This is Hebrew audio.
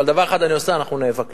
אבל דבר אחד אני עושה, אנחנו נאבקים